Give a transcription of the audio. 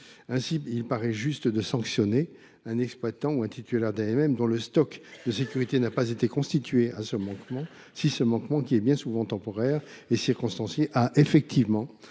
Ainsi, il paraît juste de sanctionner un exploitant ou un titulaire d’AMM dont le stock de sécurité n’a pas été constitué si ce manquement, bien souvent temporaire et circonstancié, a effectivement